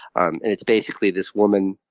um and it's basically this woman